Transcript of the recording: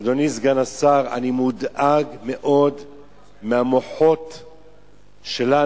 אדוני סגן השר, אני מודאג מאוד מהמוחות שלנו,